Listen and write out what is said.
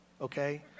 okay